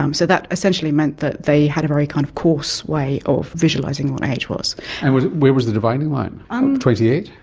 um so that essentially meant that they had a very kind of coarse way of visualising what age was. and where was the dividing line? um twenty eight?